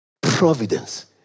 Providence